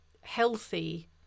healthy